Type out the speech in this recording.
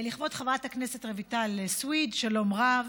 לכבוד חברת הכנסת רויטל סויד, שלום רב.